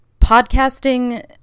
podcasting